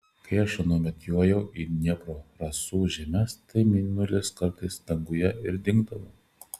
kai aš anuomet jojau į dniepro rasų žemes tai mėnulis kartais danguje ir dingdavo